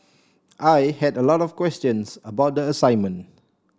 I had a lot of questions about the assignment